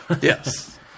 Yes